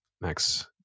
Max